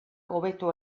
hobeto